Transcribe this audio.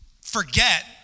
forget